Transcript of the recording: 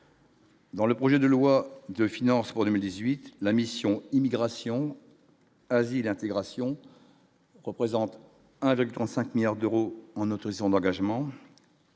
Dans le projet de loi de finances pour 2018 la mission Immigration, asile et intégration représente avec 35 milliards d'euros en autorisant d'engagement